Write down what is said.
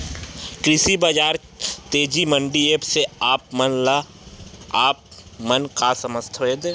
कृषि बजार तेजी मंडी एप्प से आप मन का समझथव?